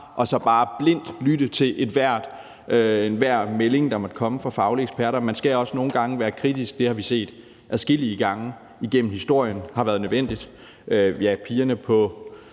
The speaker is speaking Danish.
og så bare i blinde lytte til enhver melding, der måtte komme fra faglige eksperter. Man skal også nogle gange være kritisk. Det har vi set adskillige gange igennem historien har været nødvendigt. Pigerne på